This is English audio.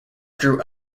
grew